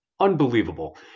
Unbelievable